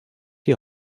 die